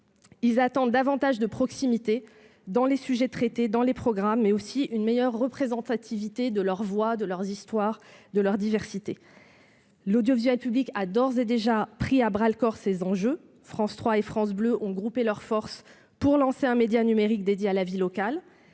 Ils attendent davantage de proximité dans les sujets traités, dans les programmes, mais aussi une meilleure représentativité de leurs voix, de leurs histoires, de leurs diversités. L'audiovisuel public a d'ores et déjà pris à bras-le-corps ces enjeux. France 3 et France Bleu ont groupé leurs forces pour lancer un média numérique dédié à la vie locale.